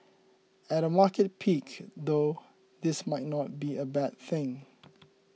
at a market peak though this might not be a bad thing